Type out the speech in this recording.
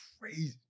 crazy